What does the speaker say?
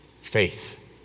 Faith